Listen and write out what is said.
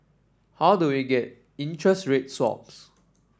how do we get interest rate sorts